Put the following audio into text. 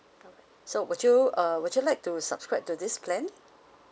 so would you uh would you like to subscribe to this plan